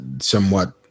somewhat